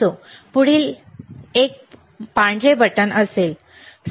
असो पुढील एक पुढील पांढरे बटण असेल